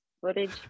footage